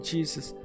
Jesus